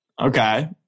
Okay